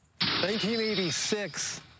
1986